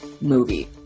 movie